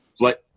let